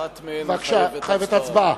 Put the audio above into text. ואחת מהן מחייבת הצבעה.